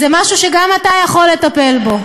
זה משהו שגם אתה יכול לטפל בו.